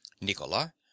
Nicola